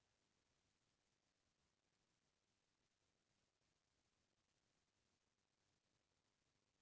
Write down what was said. कतको कोती खाली धनहा डोली रथे अइसन म ओती खाली धाने के फसल लेथें